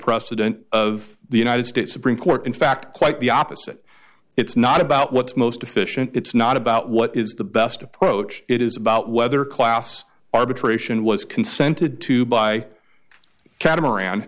president of the united states supreme court in fact quite the opposite it's not about what's most efficient it's not about what is the best approach it is about whether class arbitration was consented to by cat